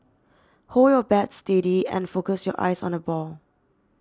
hold your bat steady and focus your eyes on the ball